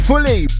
Fully